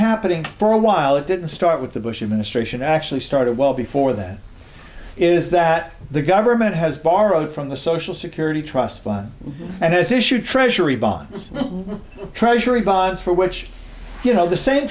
happening for a while it didn't start with the bush administration actually started well before that is that the government has borrowed from the social security trust fund and has issued treasury bonds treasury bonds for which you have the same